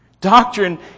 Doctrine